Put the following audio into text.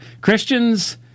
Christians